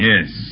Yes